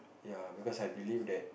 ya because I believe that